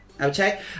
Okay